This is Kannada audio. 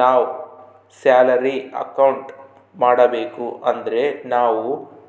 ನಾವ್ ಸ್ಯಾಲರಿ ಅಕೌಂಟ್ ಮಾಡಬೇಕು ಅಂದ್ರೆ ನಾವು